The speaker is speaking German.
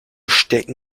stecken